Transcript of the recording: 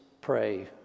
pray